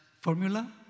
formula